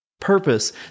purpose